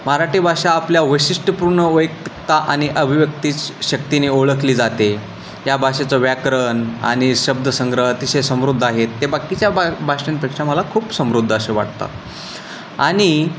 मराठी भाषा आपल्या वैशिष्ट्यपूर्ण वैतिकता आणि अभिव्यक्ती शक्तीने ओळखली जाते या भाषेचं व्याकरण आणि शब्द संग्रह अतिशय समृद्ध आहेत ते बाकीच्या बा भाषांपेक्षा मला खूप समृद्ध असे वाटतात आणि